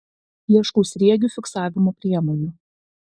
ieškau sriegių fiksavimo priemonių